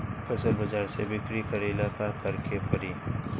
फसल बाजार मे बिक्री करेला का करेके परी?